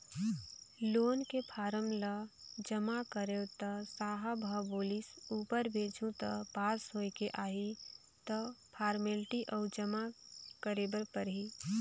loan के form ल जमा करेंव त साहब ह बोलिस ऊपर भेजहूँ त पास होयके आही त फारमेलटी अउ जमा करे बर परही